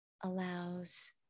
allows